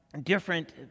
different